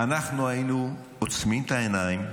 אנחנו היינו עוצמים את העיניים,